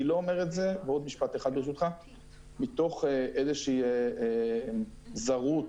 אני לא אומר את זה מתוך איזושהי זרות